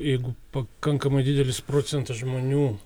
jeigu pakankamai didelis procentas žmonių